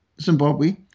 Zimbabwe